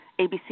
ABC